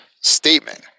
statement